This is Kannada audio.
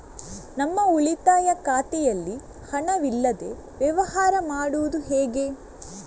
ನಮ್ಮ ಉಳಿತಾಯ ಖಾತೆಯಲ್ಲಿ ಹಣವಿಲ್ಲದೇ ವ್ಯವಹಾರ ಮಾಡುವುದು ಹೇಗೆ?